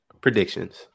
Predictions